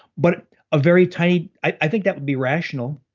but a very tiny. i think that would be rational.